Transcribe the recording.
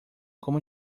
como